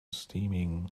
steaming